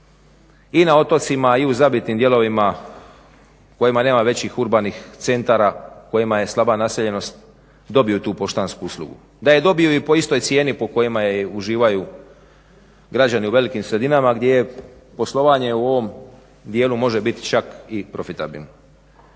i na otocima i u zabitim dijelovima u kojima nema većih urbanih centara, u kojima je slaba naseljenost dobiju tu poštansku uslugu, da je dobiju i po istoj cijeni po kojima je uživaju građani u velikim sredinama gdje je poslovanje u ovom dijelu može biti čak i profitabilno.